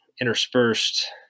interspersed